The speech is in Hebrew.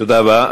תודה רבה.